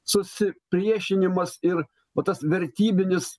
susipriešinimas ir va tas vertybinis